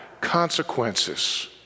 consequences